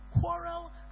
quarrel